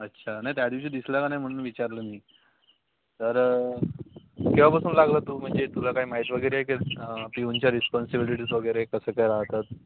अच्छा नाही त्या दिवशी दिसला का नाही म्हणून विचारलं मी तरं केव्हापासून लागला तू म्हणजे तुला काय माहीत वगेरे आहे की पीउनच्या रिस्पॉनसिबिलिटीज वगैरे कसं काय राहतात